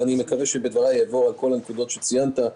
ואני מקווה שבדבריי יבואו כל הנקודות שציינת.